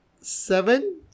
seven